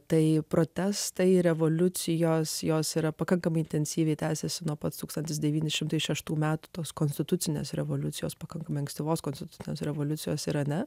tai protestai revoliucijos jos yra pakankamai intensyviai tęsiasi nuo pat tūkstantis devyni šimtai šeštų metų tos konstitucinės revoliucijos pakankamai ankstyvos konstitucinės revoliucijos irane